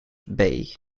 bay